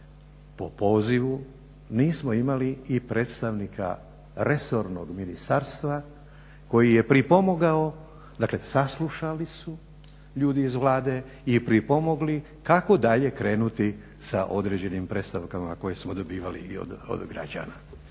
po pozivu nismo imali i predstavnika resornog ministarstva koji je pripomogao, dakle saslušali su ljudi iz Vlade i pripomogli kako dalje krenuti sa određenim predstavkama koje smo dobivali od građana.